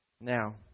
Now